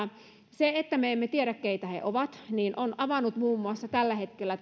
se että me emme tiedä keitä he ovat on avannut tällä hetkellä